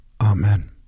Amen